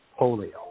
polio